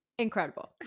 incredible